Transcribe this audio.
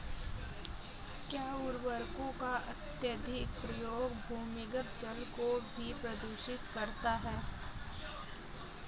क्या उर्वरकों का अत्यधिक प्रयोग भूमिगत जल को भी प्रदूषित करता है?